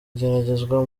igeragezwa